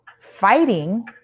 fighting